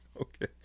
Okay